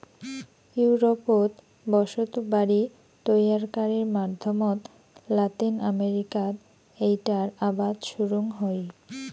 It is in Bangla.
ইউরোপত বসতবাড়ি তৈয়ারকারির মাধ্যমত লাতিন আমেরিকাত এ্যাইটার আবাদ শুরুং হই